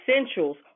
essentials